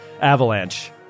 avalanche